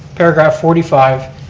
paragraph forty five,